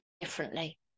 Differently